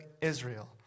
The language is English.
Israel